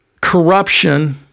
corruption